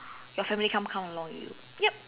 your family can't come along with you yup